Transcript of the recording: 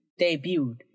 debuted